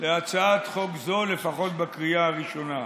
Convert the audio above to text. להצעת חוק זאת, לפחות בקריאה הראשונה.